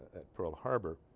at pearl harbor